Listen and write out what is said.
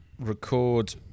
record